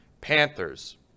Panthers